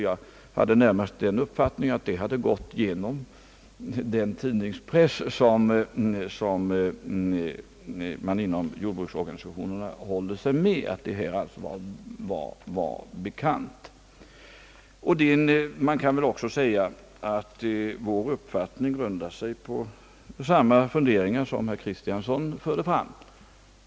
Jag hade närmast den uppfattningen att detta hade gått genom den tidningspress som man håller sig med inom jordbruksorganisationerna och att det alltså var bekant. Man kan väl också säga att vår uppfattning grundar sig på samma funderingar som herr Kristiansson förde fram.